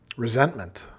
resentment